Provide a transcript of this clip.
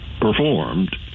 performed